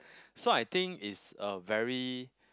so I think is a very